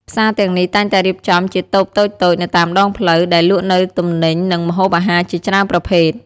ផ្សារទាំងនេះតែងតែរៀបចំជាតូបតូចៗនៅតាមដងផ្លូវ ដែលលក់នូវទំនិញ និងម្ហូបអាហារជាច្រើនប្រភេទ។